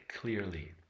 clearly